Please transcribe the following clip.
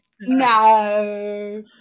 no